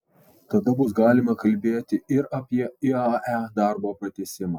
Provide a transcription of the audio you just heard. tada bus galima kalbėti ir apie iae darbo pratęsimą